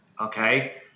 okay